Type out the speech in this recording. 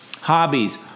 hobbies